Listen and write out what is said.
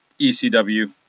ECW